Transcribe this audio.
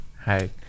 Hi